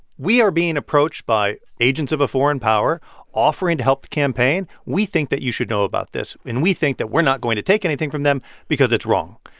we are being approached by agents of a foreign power offering to help campaign. we think that you should know about this. and we think that we're not going to take anything from them because it's wrong.